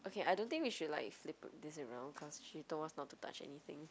what else okay I don't think we should like flip this around cause she told us not to touch anything